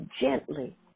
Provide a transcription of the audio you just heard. gently